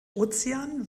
ozean